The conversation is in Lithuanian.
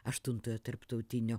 aštuntojo tarptautinio